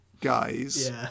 guys